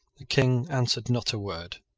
the king answered not a word.